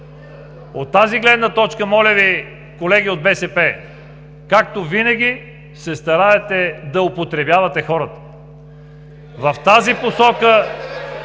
От тази гледна точка, моля Ви, колеги от БСП, както винаги, се стараете да употребявате хората! (Смях, шум